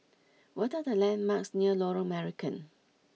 what are the landmarks near Lorong Marican